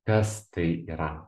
kas tai yra